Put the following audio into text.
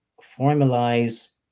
formalize